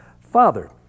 Father